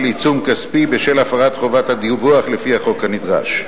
עיצום כספי בשל הפרת חובת הדיווח לפי החוק הנדרש.